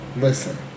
listen